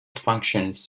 functions